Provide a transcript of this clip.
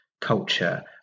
culture